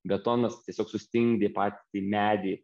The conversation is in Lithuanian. betonas tiesiog sustingdė patį medį